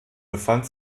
befand